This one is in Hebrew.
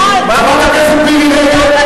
חברת הכנסת מירי רגב,